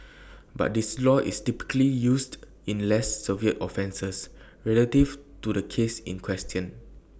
but this law is typically used in less severe offences relative to the case in question